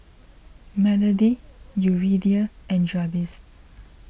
Melody Yuridia and Jabez